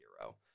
hero